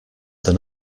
than